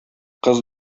кыз